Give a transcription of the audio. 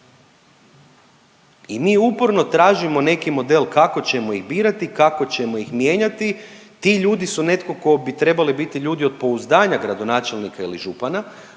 i mi uporno tražimo neki model kako ćemo ih birati, kako ćemo ih mijenjati, ti ljudi su netko tko bi trebali biti ljudi od pouzdanja gradonačelnika ili župana,